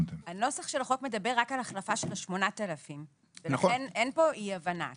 נוסח החוק מדבר רק על החלפת 8,000. לכן אין פה אי הבנה.